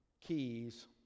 keys